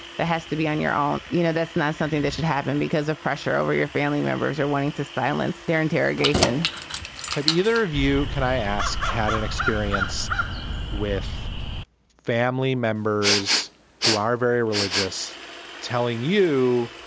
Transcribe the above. ah has to be on your own you know, that's not something that should happen because of pressure over your family members are wanting to silence their interrogation have either of you. can i ask, had an experience with family members who are very religious telling you?